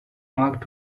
mark